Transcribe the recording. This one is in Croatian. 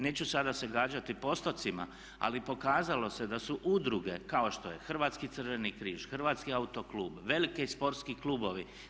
Neću sada se gađati postotcima ali pokazalo se da su udruge kao što je Hrvatski crveni križ, Hrvatski autoklub, veliki sportski klubovi.